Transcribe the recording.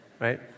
right